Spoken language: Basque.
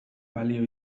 balio